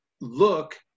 look